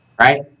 Right